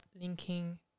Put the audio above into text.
linking